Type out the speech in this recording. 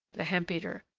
the hemp-beater.